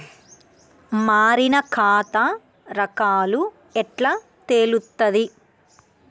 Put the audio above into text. మారిన ఖాతా రకాలు ఎట్లా తెలుత్తది?